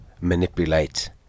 manipulate